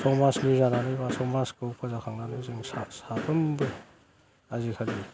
समाजनि जानानै बा समाजखौ फोजाखांनानै जों साफ्रोमबो आजिखालि